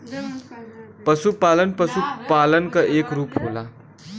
पसुपालन पसुपालन क एक रूप होला